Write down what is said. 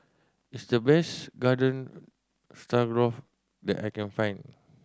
this the best Garden Stroganoff that I can find